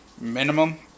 minimum